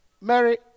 Mary